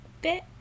bit